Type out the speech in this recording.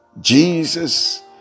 jesus